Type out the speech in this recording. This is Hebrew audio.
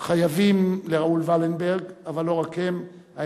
חייבים לראול ולנברג, אבל לא רק הם.